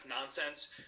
nonsense